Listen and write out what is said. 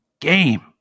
game